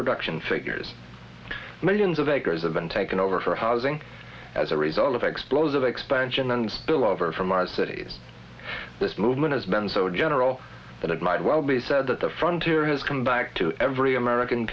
production figures millions of acres have been taken over for housing as a result of explosive expansion and still over from our cities this movement has been so general that it might well be said that the front to his conduct to every american